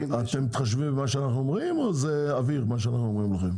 אתם מתחשבים במה שאנחנו אומרים או שזה אוויר מה שאנחנו אומרים לכם?